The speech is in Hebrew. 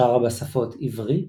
שרה בשפות עברית,